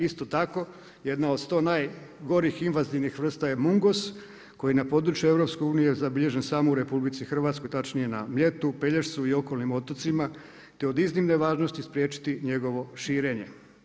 Isto tako jedna od 100 najgorih invazivnih vrsta je Mungos koji na području EU je zabilježen samo u RH, točnije na Mljetu, Pelješcu i okolnim otocima te je od iznimne važnosti spriječiti njegovo širenje.